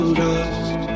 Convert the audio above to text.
dust